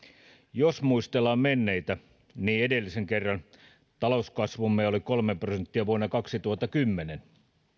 jos muistellaan menneitä niin edellisen kerran talouskasvumme oli kolme prosenttia vuonna kaksituhattakymmenen